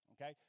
okay